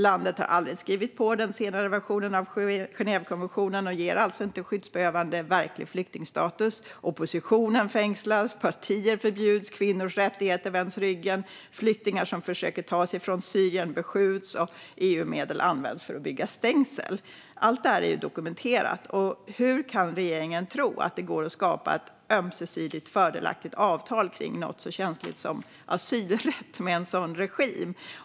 Landet har aldrig skrivit på den senare versionen av Genèvekonventionen och ger alltså inte skyddsbehövande verklig flyktingstatus. Oppositionen fängslas, partier förbjuds, kvinnors rättigheter vänds ryggen, flyktingar som försöker att ta sig från Syrien beskjuts och EU-medel används för att bygga stängsel. Allt detta är dokumenterat. Hur kan regeringen tro att det går att skapa ett ömsesidigt fördelaktigt avtal om något så känsligt som asylrätt med en sådan regim?